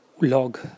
log